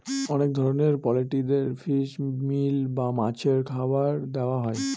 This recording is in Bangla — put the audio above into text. অনেক ধরনের পোল্ট্রিদের ফিশ মিল বা মাছের খাবার দেওয়া হয়